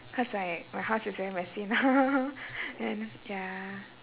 cause like my house is very messy ya